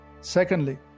Secondly